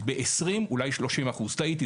אולי 30%. טעיתי.